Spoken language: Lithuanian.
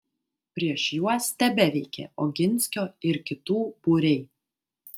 prieš juos tebeveikė oginskio ir kitų būriai